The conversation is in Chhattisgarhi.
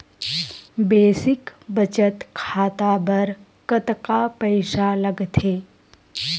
बेसिक बचत खाता बर कतका पईसा लगथे?